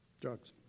Drugs